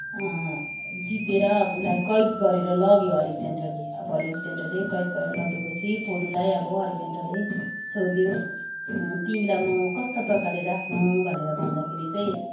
जितेर अब उसलाई कैद गरेर लग्यो अलेकजेन्डरले अब आलेकजेन्डरले कैद गरेर लगेपछि पुरूलाई अब अलेकजेन्डरले सोध्यो तिमीलाई म कस्तो प्रकारले राख्नु भनेर भन्दाखेरि चाहिँ